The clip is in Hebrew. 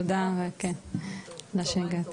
תודה שהגעת.